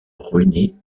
ruiné